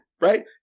Right